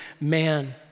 man